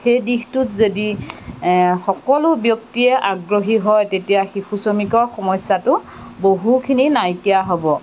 সেই দিশটোত যদি সকলো ব্যক্তিয়ে আগ্ৰহী হয় তেতিয়া শিশু শ্ৰমিকৰ সমস্যাটো বহুখিনি নাইকিয়া হ'ব